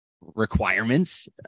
requirements